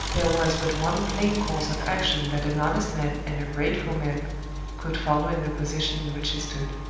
there was but one plain course of action that an honest man and a grateful man could follow in the position in which he stood.